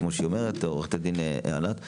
כמו שעו"ד ענת אומרת.